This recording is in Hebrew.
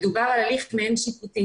מדובר על הליך מעין שיפוטי